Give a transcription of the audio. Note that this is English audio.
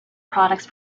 products